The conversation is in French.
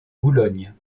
boulogne